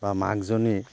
বা মাকজনীৰ